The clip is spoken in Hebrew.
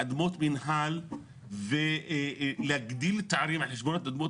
אדמות מינהל ולהגדיל את הערים על חשבון אדמות